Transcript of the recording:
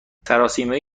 سراسیمه